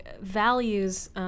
values –